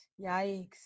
Yikes